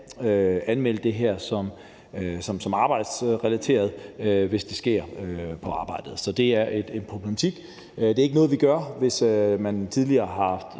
anmelde det her som arbejdsrelateret, hvis det sker på arbejde. Så det er en problematik. Det er ikke noget, vi tidligere har